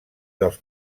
dels